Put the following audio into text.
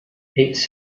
it’s